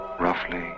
Roughly